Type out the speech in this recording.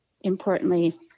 importantly